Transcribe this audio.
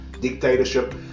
dictatorship